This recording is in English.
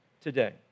today